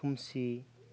खोमसि